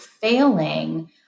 failing